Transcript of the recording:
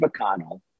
McConnell